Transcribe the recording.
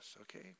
okay